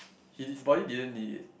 he his body didn't need it